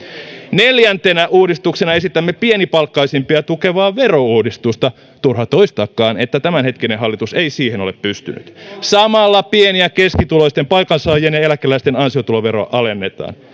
neljäntenä uudistuksena esitämme pienipalkkaisimpia tukevaa verouudistusta turha toistaakaan että tämänhetkinen hallitus ei siihen ole pystynyt samalla pieni ja keskituloisten palkansaajien ja eläkeläisten ansiotuloveroa alennetaan